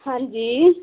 ਹਾਂਜੀ